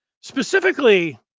specifically